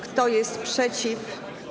Kto jest przeciw?